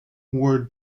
were